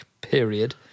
period